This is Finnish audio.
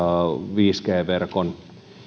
viisi g verkon